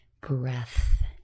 breath